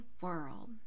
world